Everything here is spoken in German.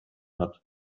hat